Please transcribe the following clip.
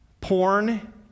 porn